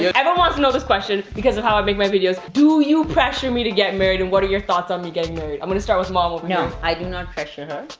yeah everyone wants to know this question, because of how i make my videos, do you pressure me to get married, and what are your thoughts on me getting married? i'm gonna start with mom over her. no, i do not pressure her